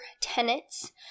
tenets